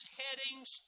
headings